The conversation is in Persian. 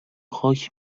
خاک